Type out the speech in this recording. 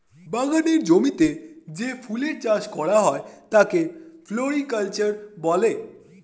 বাগানের জমিতে যে ফুলের চাষ করা হয় তাকে ফ্লোরিকালচার বলে